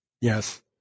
Yes